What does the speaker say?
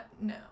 no